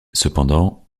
cependant